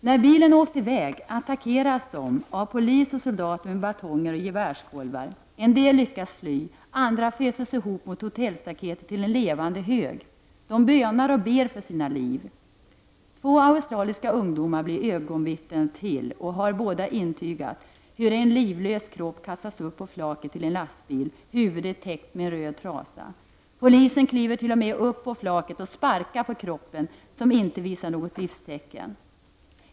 När bilen har åkt i väg attackeras demonstranterna av polis och soldater med batonger och gevärskolvar. En del lyckas fly, andra föses ihop mot hotellstaketet till en levande hög. De bönar och ber för sina liv. Två australiska ungdomar blir ögonvittnen och har båda intygat hur en livlös kropp kastas upp på flaket till en lastbil, huvudet täckt med en röd trasa. Polisen kliver t.o.m. upp på flaket och sparkar på kroppen som inte visar något livstecken.